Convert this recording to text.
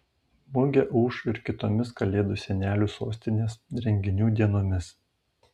mugė ūš ir kitomis kalėdų senelių sostinės renginių dienomis